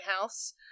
house